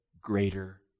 greater